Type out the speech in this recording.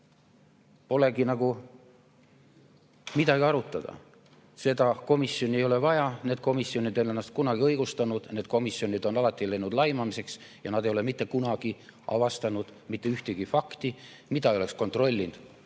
polegi nagu midagi arutada. Seda komisjoni ei ole vaja, need komisjonid ei ole ennast kunagi õigustanud. Nendes komisjonides on alati läinud laimamiseks ja nad ei ole mitte kunagi avastanud mitte ühtegi fakti, mida ei oleks kontrollinud